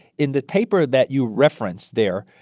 in the paper that you reference there,